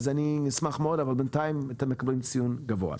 אני אשמח מאוד, אבל בינתיים אתם מקבלים ציון גבוה.